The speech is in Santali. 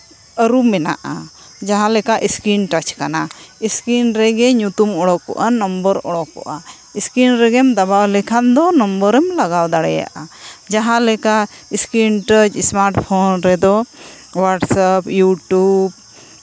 ᱟᱹᱨᱩ ᱢᱮᱱᱟᱜᱼᱟ ᱡᱟᱦᱟᱸᱞᱮᱠᱟ ᱥᱠᱤᱱ ᱴᱟᱪ ᱠᱟᱱᱟ ᱥᱠᱤᱱ ᱨᱮᱜᱮ ᱧᱩᱛᱩᱢ ᱚᱰᱚᱠᱚᱜᱼᱟ ᱱᱚᱢᱵᱚᱨ ᱚᱰᱚᱠᱚᱜᱼᱟ ᱥᱠᱤᱱ ᱨᱮᱜᱮᱢ ᱫᱟᱵᱟᱣ ᱞᱮᱠᱷᱟᱱ ᱫᱚ ᱱᱚᱢᱵᱚᱨᱮᱢ ᱞᱟᱜᱟᱣ ᱫᱟᱲᱮᱭᱟᱜᱼᱟ ᱡᱟᱦᱟᱸᱞᱮᱠᱟ ᱥᱠᱤᱱ ᱴᱟᱪ ᱮᱥᱢᱟᱴ ᱯᱷᱳᱱ ᱨᱮᱫᱚ ᱚᱣᱟᱴᱥᱚᱯ ᱤᱭᱩᱴᱩᱵᱽ